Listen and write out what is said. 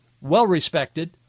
well-respected